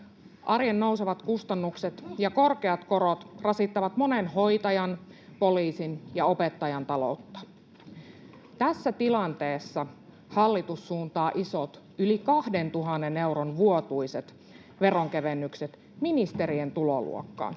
Arjen nousevat kustannukset ja korkeat korot rasittavat monen hoitajan, poliisin ja opettajan taloutta. Tässä tilanteessa hallitus suuntaa isot, yli 2 000 euron vuotuiset veronkevennykset ministerien tuloluokkaan,